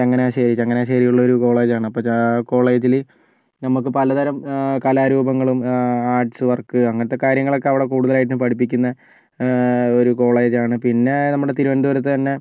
ചങ്ങനാശ്ശേരി ചങ്ങനാശ്ശേരിയിലുള്ള ഒരു കോളേജ് ആണ് അപ്പം ആ കോളേജില് നമുക്ക് പലതരം കലാരൂപങ്ങളും ആർട്സ് വർക്ക് അങ്ങനത്തെ കാര്യങ്ങളൊക്കെ അവിടെ കൂടുതലായിട്ടും പഠിപ്പിക്കുന്ന ഒരു കോളേജാണ് പിന്നെ നമ്മുടെ തിരുവനന്തപുരത്ത് തന്നെ